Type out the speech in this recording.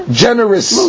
generous